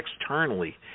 Externally